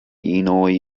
inoj